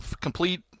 complete